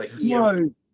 No